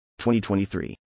2023